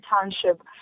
township